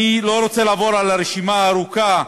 אני לא רוצה לעבור על הרשימה הארוכה,